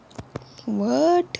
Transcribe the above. what